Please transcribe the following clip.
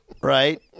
Right